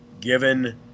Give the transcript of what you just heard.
Given